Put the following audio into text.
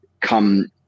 come